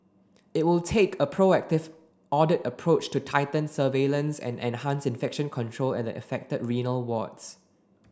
it will take a proactive audit approach to tighten surveillance and enhance infection control at the affected renal wards